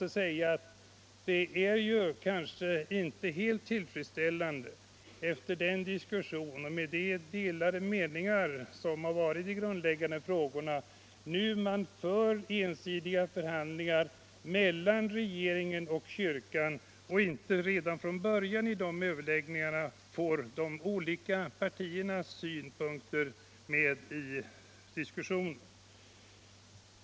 Det är kanske inte helt tillfredsställande att man nu, efter den diskussion som förts och med de delade meningar i de grundläggande frågorna som där kommit fram, tar ensidiga förhandlingar mellan regeringen och kyrkan och inte redan från början i dessa överläggningar får med de olika partiernas synpunkter.